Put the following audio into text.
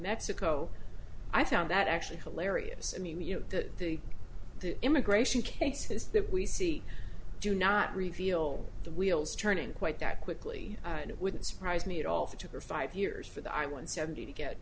mexico i found that actually hilarious i mean you know that the immigration cases that we see do not reveal the wheels turning quite that quickly and it wouldn't surprise me at all for took her five years for the i won seventy to get